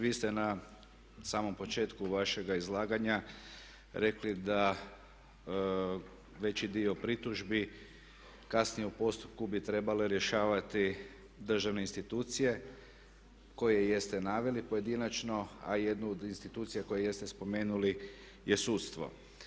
Vi ste na samom početku vašega izlaganja rekli da veći dio pritužbi kasnije u postupku bi trebale rješavati državne institucije koje jeste naveli pojedinačno a jednu od institucija koju jeste spomenuli je sudstvo.